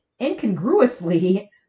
incongruously